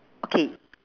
okay